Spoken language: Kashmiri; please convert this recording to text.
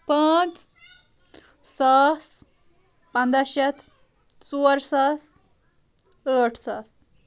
پانٛژھ ساس پندہ شیٚتھ ژور ساس ٲٹھ ساس